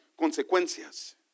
consecuencias